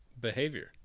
behavior